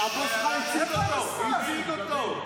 הבוס שלך הציג אותו.